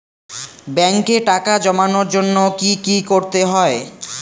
ব্যাংকে টাকা জমানোর জন্য কি কি করতে হয়?